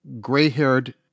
gray-haired